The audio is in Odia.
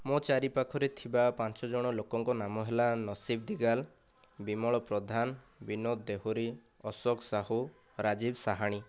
ମୋ ଚାରି ପାଖରେ ଥିବା ପାଞ୍ଚ ଜଣ ଲୋକଙ୍କ ନାମ ହେଲା ନଶୀବ ଦିଗାଲ ବିମଳ ପ୍ରଧାନ ବିନୋଦ ଦେହୁରୀ ଅଶୋକ ସାହୁ ରାଜୀବ ସାହାଣୀ